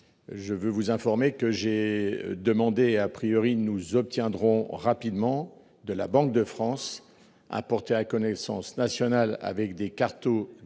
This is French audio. Je veux vous informer que j'ai demandé à priori nous obtiendrons rapidement de la Banque de France a porté à connaissance national avec des cartes